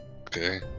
Okay